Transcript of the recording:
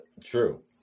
True